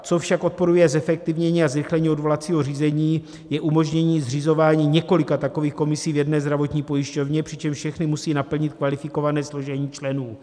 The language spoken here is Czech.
Co však odporuje zefektivnění a zrychlení odvolacího řízení, je umožnění zřizování několika takových komisí v jedné zdravotní pojišťovně, přičemž všechny musejí naplnit kvalifikované složení členů.